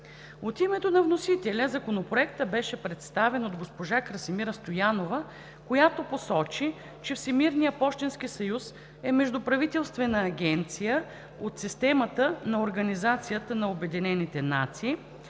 От името на вносителя Законопроектът беше представен от госпожа Красимира Стоянова, която посочи, че Всемирният пощенски съюз е междуправителствена агенция от системата на Организацията на обединените нации,